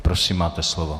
Prosím máte slovo.